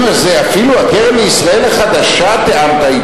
אם אפילו עם הקרן לישראל החדשה תיאמת,